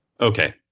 Okay